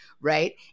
Right